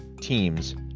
teams